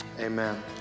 amen